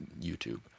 YouTube